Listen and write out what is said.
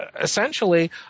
essentially